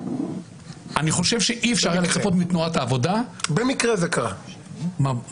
אני חושב שאי אפשר היה לצפות מתנועת העבודה --- במקרה קרה אותו